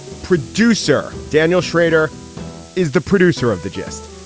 producer daniel schrader is the producer of the gist.